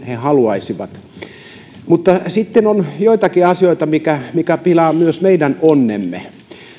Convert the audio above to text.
he haluaisivat mutta sitten on joitakin asioita mitkä mitkä pilaavat myös meidän onnemme